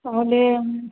তাহলে